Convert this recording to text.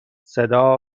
صدا